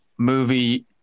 movie